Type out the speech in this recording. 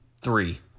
Three